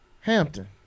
Hampton